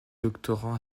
doctorants